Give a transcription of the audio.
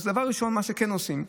אז דבר ראשון, מה שכן עושים,